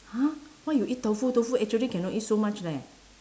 !huh! why you eat tofu tofu actually cannot eat so much leh